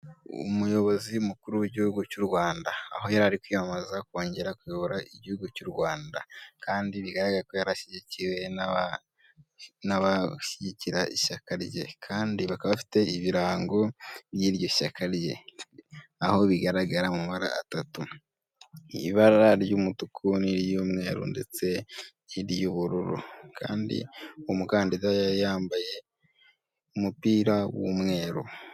Umuyobozi mukuru w'igihugu cy'u Rwanda aho yari kwiyamamaza kongera kuyobora igihugu cy'u Rwanda kandi yarashyigikiwe n'abashyigikira ishyaka rye, kandi bakaba bafite ibirangov by'iryo shyaka rye aho bigaragara mu mara atatu ibara ry'umutuku n'iry'umweru ndetse n'iry'ubururu kandi umukandida yambaye umupira w'umweru.